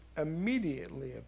immediately